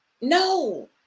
no